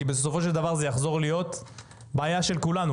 כי בסופו של דבר זה יחזור להיות בעיה של כולנו,